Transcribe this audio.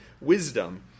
wisdom